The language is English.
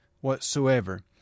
whatsoever